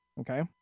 okay